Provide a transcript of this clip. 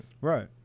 Right